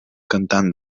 cantant